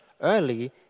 early